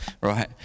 right